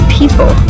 people